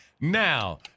now